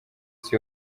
isi